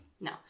No